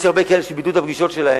היו הרבה שביטלו את הפגישות שלהם,